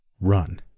run